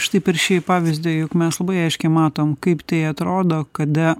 štai per šį pavyzdį juk mes labai aiškiai matom kaip tai atrodo kada